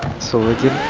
so little